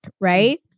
Right